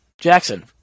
Jackson